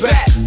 Back